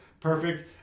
perfect